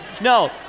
No